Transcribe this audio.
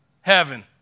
heaven